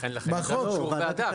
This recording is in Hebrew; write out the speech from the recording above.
לכן נדרש אישור הוועדה.